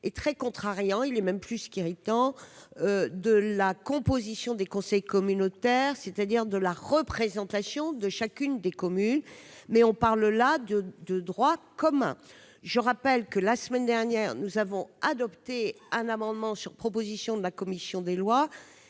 et très contrariant- il est même plus qu'irritant -de la composition des conseils communautaires, c'est-à-dire de la représentation de chacune des communes au sein de ces organes. La semaine dernière, nous avons adopté un amendement, sur proposition de la commission des lois,